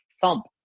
thump